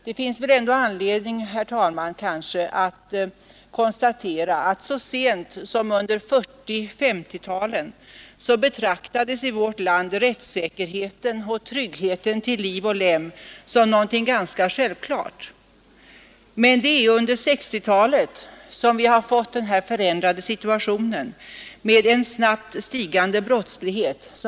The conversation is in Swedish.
Så sent som under 1940 och cerheten och tryggheten till liv 1950-talen betraktades i vårt land rättssä och lem som någonting ganska självklart. Det är under 1960-talet som den här förändrade situationen med en snabbt stigande brottslighet inträtt.